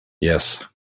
Yes